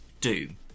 Doom